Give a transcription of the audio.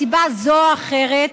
מסיבה זו או אחרת,